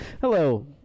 Hello